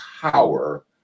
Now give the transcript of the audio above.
power